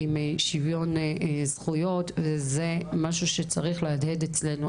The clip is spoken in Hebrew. עם שוויון זכויות וזה משהו שצריך להדהד אצלנו.